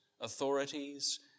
authorities